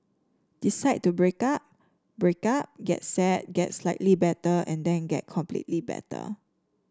decide to break up break up get sad get slightly better and then get completely better